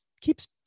keeps